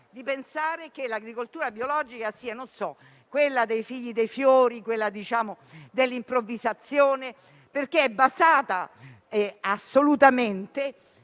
di pensare che l'agricoltura biologica sia quella dei figli dei fiori o dell'improvvisazione, perché è basata su metodi